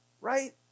Right